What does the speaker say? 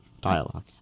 dialogue